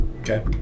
Okay